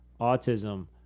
autism